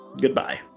Goodbye